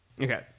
okay